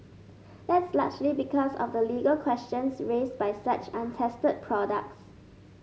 that's largely because of the legal questions raised by such untested products